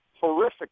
horrific